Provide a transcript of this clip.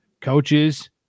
coaches